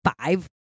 five